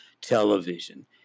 television